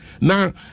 Now